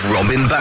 Robin